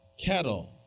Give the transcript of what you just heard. Kettle